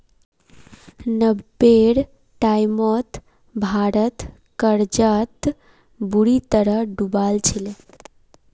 नब्बेर टाइमत भारत कर्जत बुरी तरह डूबाल छिले